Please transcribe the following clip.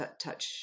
touch